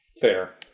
Fair